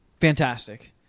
fantastic